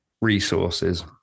resources